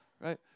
Right